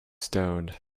stoned